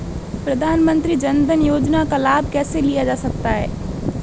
प्रधानमंत्री जनधन योजना का लाभ कैसे लिया जा सकता है?